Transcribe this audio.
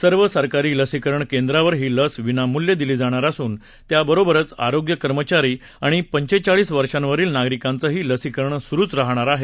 सर्व सरकारी लसीकरण केंद्रावर ही लस विनालूल्य दिली जाणार असून त्या बरोबरच आरोग्य कर्मचारी आणि पंचेचाळीस वर्षावरील नागरिकांचेही लसीकरण सुरुच राहाणार आहे